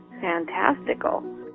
fantastical